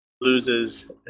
loses